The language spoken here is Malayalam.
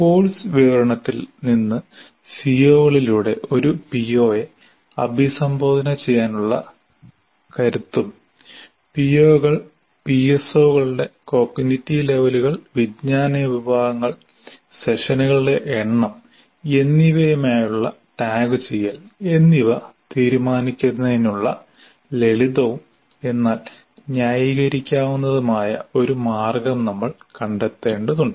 കോഴ്സ് വിവരണത്തിൽ നിന്ന് സിഒകളിലൂടെ ഒരു പിഒയെ അഭിസംബോധന ചെയ്യാനുള്ള കരുത്തും പിഒകൾ പിഎസ്ഒകളുടെ കോഗ്നിറ്റീവ് ലെവലുകൾ വിജ്ഞാന വിഭാഗങ്ങൾ സെഷനുകളുടെ എണ്ണം എന്നിവയുമായുള്ള ടാഗുചെയ്യൽ എന്നിവ തീരുമാനിക്കുന്നതിനുള്ള ലളിതവും എന്നാൽ ന്യായീകരിക്കാവുന്നതുമായ ഒരു മാർഗം നമ്മൾ കണ്ടെത്തേണ്ടതുണ്ട്